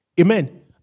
Amen